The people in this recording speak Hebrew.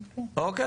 גברתי,